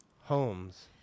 homes